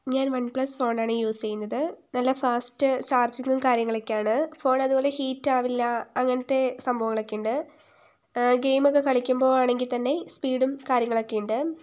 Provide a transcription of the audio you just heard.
ഞാൻ OnePlus ഫോണാണ് use ചെയ്യുന്നത് നല്ല ഫാസ്റ്റ് ചാർജിങ്ങും കാര്യങ്ങളൊക്കെയാണ് ഫോണതുപോലെ ഹീറ്റാവില്ല അങ്ങനത്തെ സംഭവങ്ങളൊക്കെയുണ്ട് ഗെയിമൊക്കെ കളിക്കുമ്പോഴാണെങ്കിൽ തന്നെ സ്പീഡും കാര്യങ്ങളും ഒക്കെയുണ്ട്